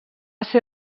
ser